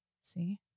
See